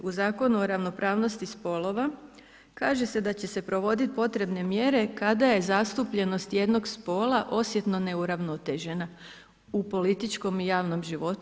U Zakonu o ravnopravnosti spolova kaže se da će se provoditi potrebne mjere kada je zastupljenost jednog spola osjetno neuravnotežena u političkom i javnom životu.